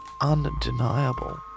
undeniable